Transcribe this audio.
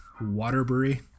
Waterbury